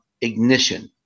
ignition